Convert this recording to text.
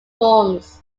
forms